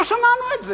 לא שמענו את זה.